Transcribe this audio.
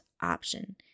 Option